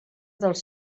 dels